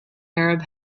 arab